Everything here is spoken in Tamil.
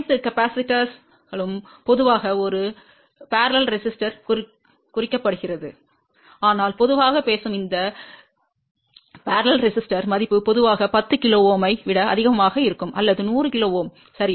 அனைத்து மின்தேக்கிகளும் பொதுவாக ஒரு இணை மின்தடையால் குறிக்கப்படுகின்றன ஆனால் பொதுவாக பேசும் அந்த இணையான மின்தடையின் மதிப்பு பொதுவாக 10 KΩ ஐ விட அதிகமாக இருக்கும் அல்லது 100 KΩ சரி